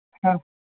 हा